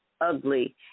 ugly